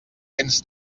cents